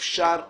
אפשר להגיע,